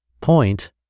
point